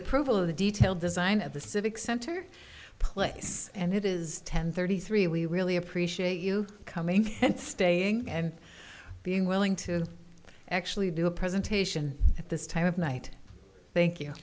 approval of the detailed design of the civic center place and it is ten thirty three we really appreciate you coming and staying and being willing to actually do a presentation at this time of night thank you